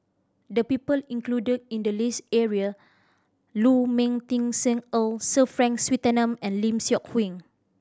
the people included in the list area Lu Ming Teh Sir Frank Swettenham and Lim Seok Hui